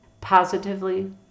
Positively